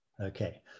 Okay